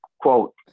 quote